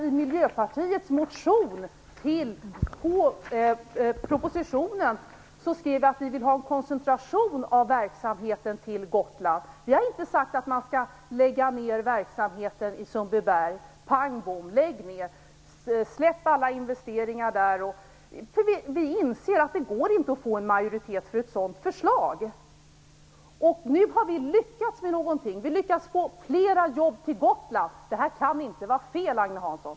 I Miljöpartiets motion i anslutning till propositionen skrev vi att vi ville ha en koncentration av verksamheten till Gotland. Vi har inte sagt att man skall lägga ned verksamheten i Sundbyberg pang, bom och släppa alla investeringar som gjorts där. Vi inser att det inte går att få majoritet för ett sådant förslag. Nu har vi lyckats få flera jobb till Gotland. Det här kan inte vara fel, Agne Hansson!